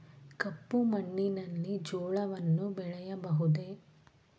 ಕಪ್ಪು ಮಣ್ಣಿನಲ್ಲಿ ಜೋಳವನ್ನು ಬೆಳೆಯಬಹುದೇ?